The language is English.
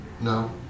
No